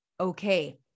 Okay